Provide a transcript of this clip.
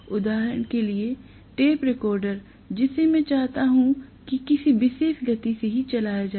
उदाहरण के लिए टेप रिकॉर्डर जिसे मैं चाहता हूं कि किसी विशेष गति से ही चला जाए